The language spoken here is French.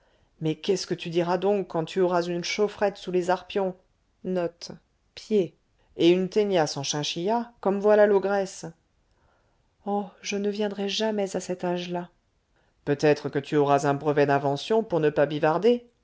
mais qu'est-ce que tu diras donc quand tu auras une chaufferette sous les arpions et une teignasse en chinchilla comme voilà l'ogresse oh je ne viendrai jamais à cet âge-là peut-être que tu auras un brevet d'invention pour ne pas bivarder